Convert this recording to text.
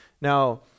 Now